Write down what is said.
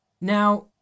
Now